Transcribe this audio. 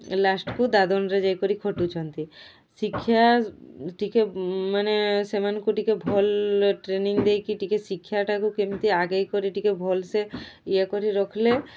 ଲାଷ୍ଟ୍କୁ ଦାଦନରେ ଯାଇକରି ଖଟୁଛନ୍ତି ଶିକ୍ଷା ଟିକିଏ ମାନେ ସେମାନଙ୍କୁ ଟିକେ ଭଲ ଟ୍ରେନିଂ ଦେଇକି ଟିକିଏ ଶିକ୍ଷାଟାକୁ କେମିତି ଆଗେଇ କରି ଟିକିଏ ଭଲସେ ଇଏ କରି ରଖିଲେ